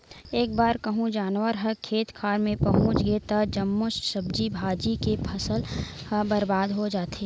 एक बार कहूँ जानवर ह खेत खार मे पहुच गे त जम्मो सब्जी भाजी के फसल ह बरबाद हो जाथे